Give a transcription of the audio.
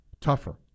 tougher